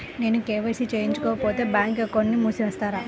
నేను కే.వై.సి చేయించుకోకపోతే బ్యాంక్ అకౌంట్ను మూసివేస్తారా?